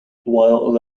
while